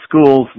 schools